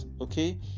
okay